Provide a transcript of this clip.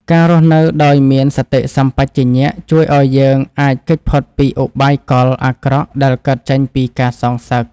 ការរស់នៅដោយមានសតិសម្បជញ្ញៈជួយឱ្យយើងអាចគេចផុតពីឧបាយកលអាក្រក់ដែលកើតចេញពីការសងសឹក។